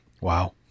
Wow